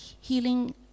healing